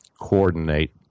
coordinate